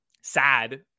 sad